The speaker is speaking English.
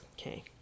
Okay